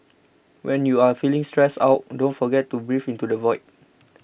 when you are feeling stressed out don't forget to breathe into the void